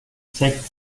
sechs